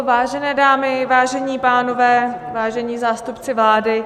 Vážené dámy, vážení pánové, vážení zástupci vlády.